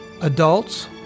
adults